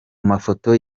mafoto